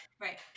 Right